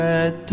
Red